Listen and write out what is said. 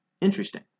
Interesting